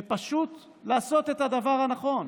אלא פשוט לעשות את הדבר הנכון: